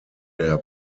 der